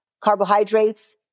Carbohydrates